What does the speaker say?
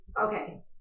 Okay